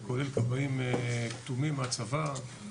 זה כולל כבאים כתומים והצבא,